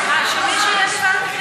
יש פה שני סגנים שישבו בנשיאות,